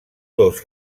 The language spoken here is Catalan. dos